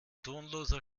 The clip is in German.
tonloser